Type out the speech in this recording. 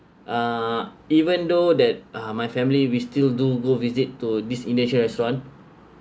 uh even though that uh my family we still do go visit to this initial restaurant